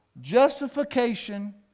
Justification